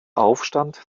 aufstand